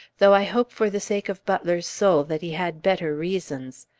though i hope, for the sake of butler's soul, that he had better reasons.